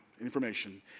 information